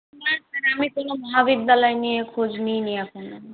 না স্যার আমি কোনো মহাবিদ্যালয় নিয়ে খোঁজ নিইনি এখনো